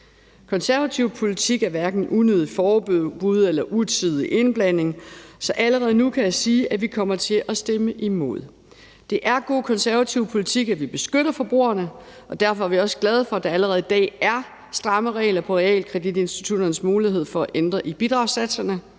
Konservativ politik er hverken unødige forbud eller utidig indblanding, så allerede nu kan jeg sige, at vi kommer til at stemme imod. Det er god konservativ politik, at vi beskytter forbrugerne, og derfor er vi også glade for, at der allerede i dag er stramme regler på realkreditinstitutternes mulighed for at ændre i bidragssatserne.